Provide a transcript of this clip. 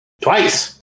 Twice